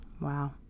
Wow